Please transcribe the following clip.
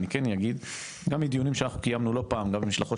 כן אגיד שגם מדיונים שקיימנו לא פעם וגם במשלחות